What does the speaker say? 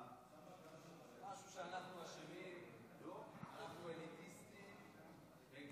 משהו שאנחנו אשמים, אנחנו אליטיסטים, אני